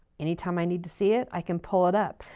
anytime i need to see it, i can pull it up.